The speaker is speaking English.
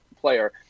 player